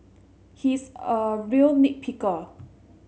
he is a real nit picker